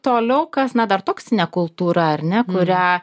toliau kas na dar toksinė kultūra ar ne kurią